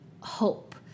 hope